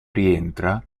rientra